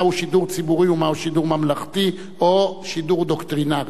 מהו שידור ציבורי ומהו שידור ממלכתי או שידור דוקטרינרי.